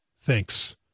thanks